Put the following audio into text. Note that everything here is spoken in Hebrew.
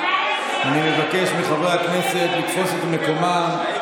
אני מבקש מחברי הכנסת לתפוס את מקומם,